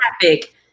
traffic